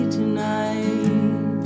tonight